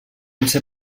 ser